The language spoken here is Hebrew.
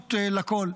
לאזרחות לכול.